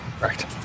right